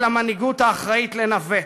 על המנהיגות האחראית לנווט,